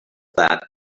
that